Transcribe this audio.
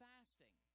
Fasting